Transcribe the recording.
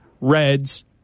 Reds